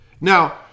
Now